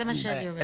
זה מה שאני אומרת.